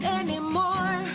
anymore